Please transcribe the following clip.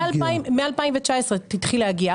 מ-2019 התחיל להגיע,